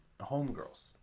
homegirls